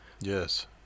Yes